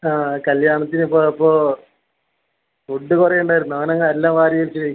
ആ കല്ല്യാണത്തിന് പോയപ്പോൾ ഫുഡ്ഡ് കുറേ ഉണ്ടായിരുന്നു അങ്ങനെ അനങ്ങ് എല്ലാം വാരി വലിച്ച് കഴിച്ചു